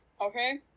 Okay